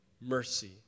mercy